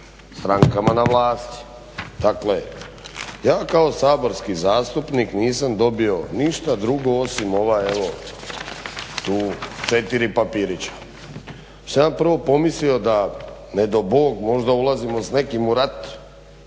strankama na vlasti. Dakle ja kao saborski zastupnik nisam dobio ništa drugo osim ovaj evo tu četiri papirića. Ja sam prvo pomislio da nego Bog možda ulazimo s nekim u rat